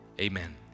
amen